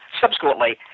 subsequently